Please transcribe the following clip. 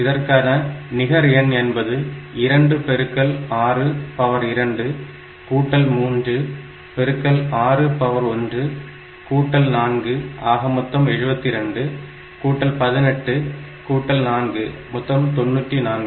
இதற்கான நிகர் எண் என்பது 2 பெருக்கல் 6 பவர் 2 கூட்டல் 3 பெருக்கல் 6 பவர் 1 கூட்டல் 4 ஆக மொத்தம் 72 கூட்டல் 18 கூட்டல் 4 மொத்தம் 94